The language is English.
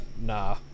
Nah